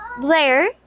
Blair